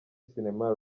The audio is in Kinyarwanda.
sinema